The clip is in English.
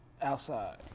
outside